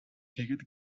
хийгээд